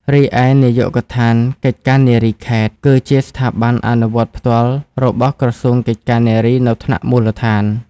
រីឯ នាយកដ្ឋានកិច្ចការនារីខេត្ត គឺជាស្ថាប័នអនុវត្តផ្ទាល់របស់ក្រសួងកិច្ចការនារីនៅថ្នាក់មូលដ្ឋាន។